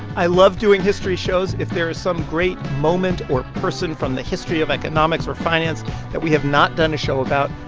i love doing history shows. if there is some great moment or person from the history of economics or finance that we have not done a show about,